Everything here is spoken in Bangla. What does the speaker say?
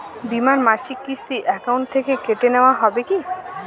বিমার মাসিক কিস্তি অ্যাকাউন্ট থেকে কেটে নেওয়া হবে কি?